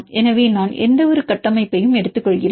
எனவே நான் எந்தவொரு கட்டமைப்பையும் எடுத்துக்கொள்கிறேன்